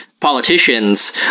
politicians